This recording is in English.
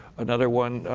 another one,